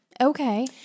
Okay